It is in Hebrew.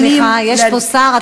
סליחה, יש פה שר.